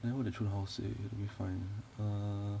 then what did chun hao say let me find err